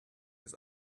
his